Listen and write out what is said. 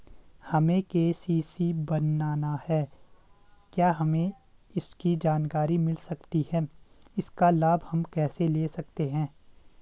हमें के.सी.सी बनाना है क्या हमें इसकी जानकारी मिल सकती है इसका लाभ हम कैसे ले सकते हैं?